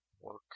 work